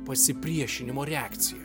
pasipriešinimo reakciją